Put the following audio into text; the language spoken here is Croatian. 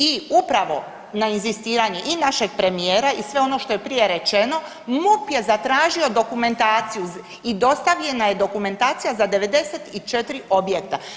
I upravo na inzistiranje i našeg premijera i sve ono što je prije rečeno MUP je zatražio dokumentaciju i dostavljena je dokumentacija za 94 objekta.